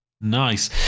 Nice